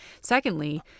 secondly